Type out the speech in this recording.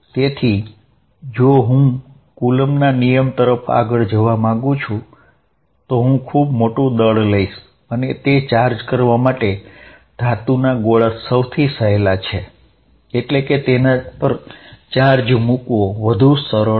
તેથી જો હું કુલમ્બના નિયમ તરફ આગળ જવા માંગું છું તો હું ખૂબ મોટુ દળ લઇશ અને તે ચાર્જ કરવા માટે ધાતુના ગોળા સૌથી સહેલા છે એટલે કે તેના પર ચાર્જ મૂકવો વધુ સરળ છે